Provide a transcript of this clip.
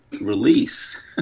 release